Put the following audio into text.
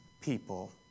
people